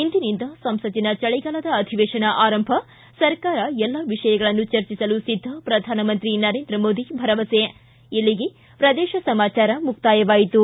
ಇಂದಿನಿಂದ ಸಂಸತ್ತಿನ ಚಳಿಗಾಲದ ಅಧಿವೇಶನ ಆರಂಭ ಸರ್ಕಾರ ಎಲ್ಲಾ ವಿಷಯಗಳನ್ನು ಚರ್ಚಿಸಲು ಸಿದ್ದ ಪ್ರಧಾನಮಂತ್ರಿ ನರೇಂದ್ರ ಮೋದಿ ಭರವಸೆ ಇಲ್ಲಿಗೆ ಪ್ರದೇಶ ಸಮಾಚಾರ ಮುಕ್ತಾಯವಾಯಿತು